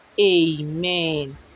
Amen